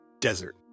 Desert